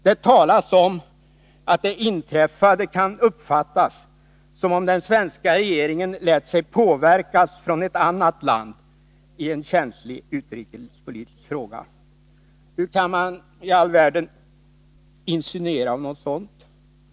Det talas om att det inträffade kan uppfattas som om den svenska regeringen lät sig påverkas från ett annat land i en känslig utrikespolitisk fråga. Hur i all världen kan man insinuera något sådant?